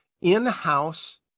in-house